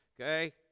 okay